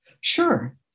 Sure